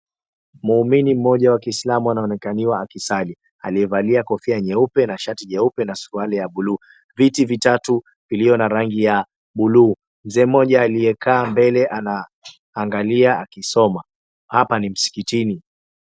Muumini mmoja wa kiislamu anaonekaniwa akisali aliyévalia kofia jeupe na shati nyeupe na suruali ya bluu. Viti vitatu vilivyo na rangi ya bluu mzee mmoja aliyekaa mbele anaangalia akisoma. Hapa ni msikitini